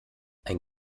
ein